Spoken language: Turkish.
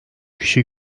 kişi